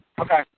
Okay